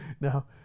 Now